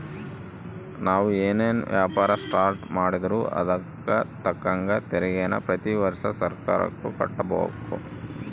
ನಾವು ಏನನ ವ್ಯಾಪಾರ ಸ್ಟಾರ್ಟ್ ಮಾಡಿದ್ರೂ ಅದುಕ್ ತಕ್ಕಂಗ ತೆರಿಗೇನ ಪ್ರತಿ ವರ್ಷ ಸರ್ಕಾರುಕ್ಕ ಕಟ್ಟುಬಕು